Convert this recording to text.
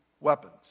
weapons